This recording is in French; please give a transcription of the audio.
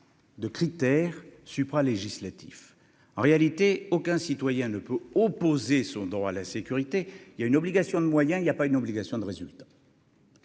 de critères supra législatif en réalité aucun citoyen ne peut opposer son droit à la sécurité, il y a une obligation de moyens, il y a pas une obligation de résultat.